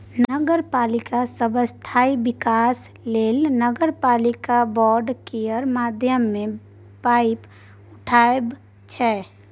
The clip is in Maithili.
नगरपालिका सब स्थानीय बिकास लेल नगरपालिका बॉड केर माध्यमे पाइ उठाबै छै